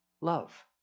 Love